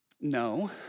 No